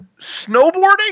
snowboarding